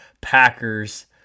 Packers